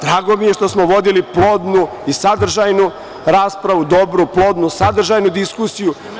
Drago mi je što smo vodili plodnu i sadržajnu raspravu, dobru, plodnu, sadržajnu diskusiju.